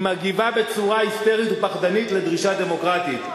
היא מגיבה בצורה היסטרית ופחדנית לדרישה דמוקרטית.